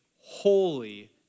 holy